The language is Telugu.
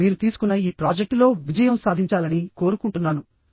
కాబట్టి మీరు తీసుకున్న ఈ ప్రాజెక్టులో విజయం సాధించాలని కోరుకుంటున్నాను